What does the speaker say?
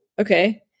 Okay